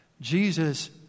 Jesus